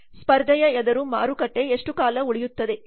ಸ್ಪರ್ಧೆಯ ಎದುರು ಮಾರುಕಟ್ಟೆ ಎಷ್ಟು ಕಾಲ ಉಳಿಯುತ್ತದೆ